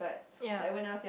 ya